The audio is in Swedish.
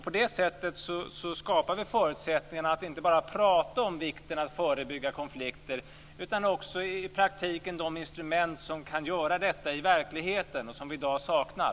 På detta sätt ger vi förutsättningar för att inte bara prata om vikten av att förebygga konflikter utan också i praktiken åstadkomma de instrument som kan utföra detta, något som vi i dag saknar.